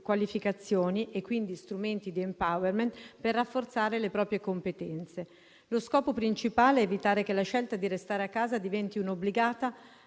qualificazioni e quindi strumenti di *empowerment* per rafforzare le proprie competenze. Lo scopo principale è evitare che la scelta di restare a casa diventi obbligata